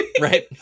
Right